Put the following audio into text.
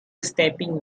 stepping